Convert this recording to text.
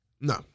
no